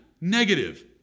negative